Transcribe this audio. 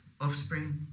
offspring